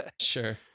Sure